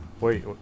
Wait